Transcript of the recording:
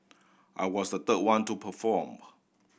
I was the third one to perform